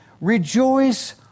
Rejoice